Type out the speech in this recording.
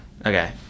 okay